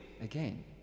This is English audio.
again